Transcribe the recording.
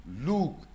Luke